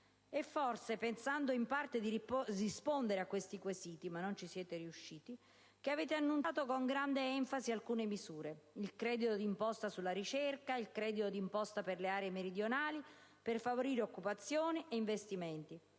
È forse pensando di rispondere in parte a questi quesiti - ma non ci siete riusciti - che avete annunciato con grande enfasi alcune misure: il credito d'imposta sulla ricerca, il credito d'imposta per le aree meridionali per favorire occupazione e investimenti,